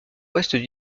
ouest